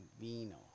vino